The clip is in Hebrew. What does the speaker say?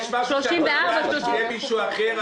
פנינה, יש משהו שאת רוצה שיהיה מישהו אחר?